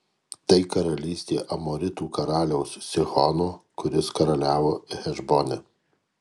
tai karalystė amoritų karaliaus sihono kuris karaliavo hešbone